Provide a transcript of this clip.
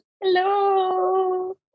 hello